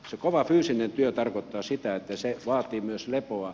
se kova fyysinen työ tarkoittaa sitä että se vaatii myös lepoa